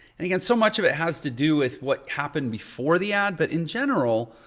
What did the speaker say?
and again, so much of it has to do with what happened before the ad but in general,